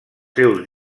seus